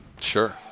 Sure